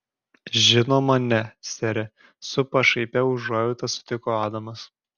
žinoma ne sere su pašaipia užuojauta sutiko adamas